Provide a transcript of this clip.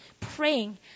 praying